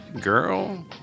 girl